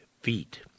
feet